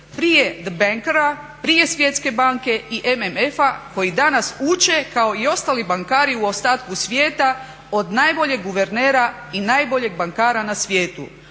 prije the bankara, prije Svjetske banke i MMF-a koji danas uče kao i ostali bankari u ostatku svijeta od najboljeg guvernera i najboljeg bankara na svijetu